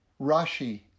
Rashi